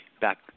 back